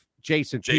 Jason